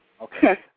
Okay